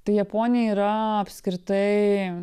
tai japonija yra apskritai